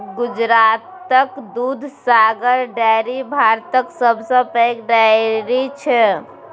गुजरातक दुधसागर डेयरी भारतक सबसँ पैघ डेयरी छै